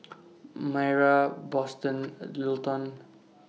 Mayra Boston and Littleton